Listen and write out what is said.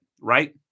right